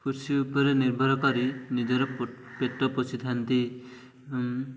କୃଷି ଉପରେ ନିର୍ଭର କରି ନିଜର ପେଟ ପୋଷିଥାନ୍ତି